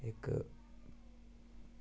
इक्क